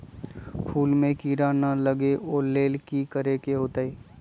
फूल में किरा ना लगे ओ लेल कि करे के होतई?